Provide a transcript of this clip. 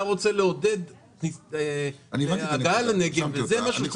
אבל אתה רוצה לעודד הגעה לנגב וזה מה --- אני הבנתי את הנקודה.